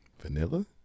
vanilla